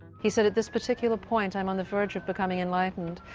he said at this particular point, i'm on the verge of becoming enlightened,